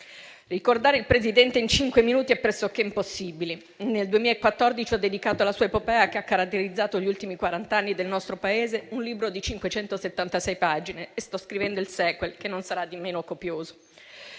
Ricordare il Presidente in cinque minuti è pressoché impossibile. Nel 2014 ho dedicato alla sua epopea, che ha caratterizzato gli ultimi quarant'anni del nostro Paese, un libro di 576 pagine e sto scrivendo il *sequel*, che non sarà meno copioso.